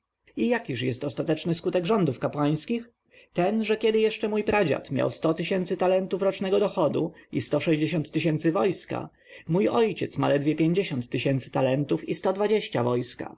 jakiż jest ostateczny skutek rządów kapłańskich ten że kiedy jeszcze mój pradziad miał sto tysięcy talentów rocznego dochodu i sto tysięcy wojska mój ojciec zaledwie pięćdziesiąt tysięcy talentów sto dwadzieścia wojska